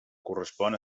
correspon